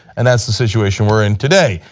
and that's the situation we are in today.